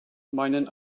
meinen